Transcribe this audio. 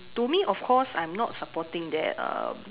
to me of course I'm not supporting that um